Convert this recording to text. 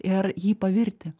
ir jį pavirti